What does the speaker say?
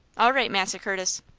all right, massa curtis.